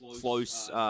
close